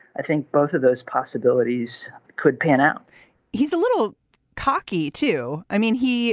i think both of those possibilities could pan out he's a little cocky too. i mean he